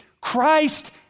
Christ